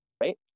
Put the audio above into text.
right